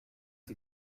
sie